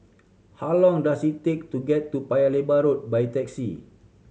how long does it take to get to Paya Lebar Road by taxi